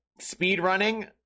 speedrunning